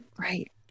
right